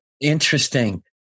interesting